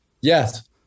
yes